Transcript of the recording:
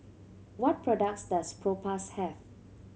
what products does Propass have